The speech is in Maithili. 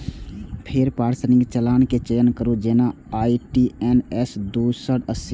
फेर प्रासंगिक चालान के चयन करू, जेना आई.टी.एन.एस दू सय अस्सी